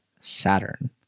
Saturn